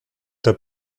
t’as